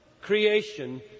creation